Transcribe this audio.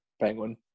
Penguin